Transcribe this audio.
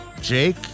Jake